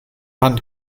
hand